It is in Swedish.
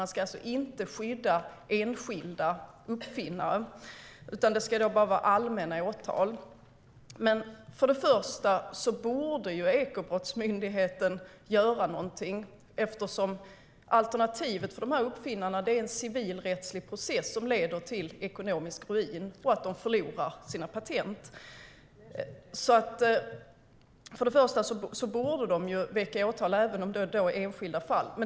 Man ska alltså inte skydda enskilda uppfinnare, utan det ska bara vara allmänna åtal. Ekobrottsmyndigheten borde dock göra något, eftersom alternativet för uppfinnarna är en civilrättslig process som leder till ekonomisk ruin och till att de förlorar sina patent. Man borde väcka åtal även om det är enskilda fall.